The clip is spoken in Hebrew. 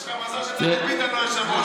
יש לך מזל שדוד ביטן לא היושב-ראש.